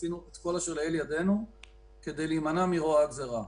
עשינו את כל אשר לאל ידינו כדי להימנע מרוע הגזירה.